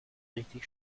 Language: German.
richtig